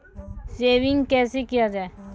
Saving कैसै किया जाय?